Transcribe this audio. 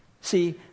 See